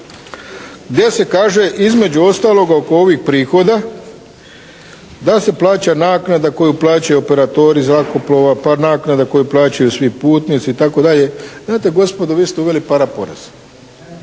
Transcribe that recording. gdje se kaže između ostaloga oko ovih prihoda da se plaća naknada koji plaćaju operatori zrakoplova, pa naknada koju plaćaju svi putnici itd. Znate gospodo vi ste uveli paraporez,